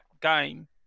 game